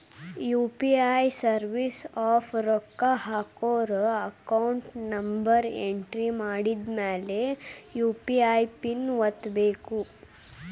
UPI service app ರೊಕ್ಕ ಹಾಕೋರ್ account number entry ಮಾಡಿದ್ಮ್ಯಾಲೆ ಯು.ಪಿ.ಐ ಪಿನ್ ಒತ್ತಬೇಕು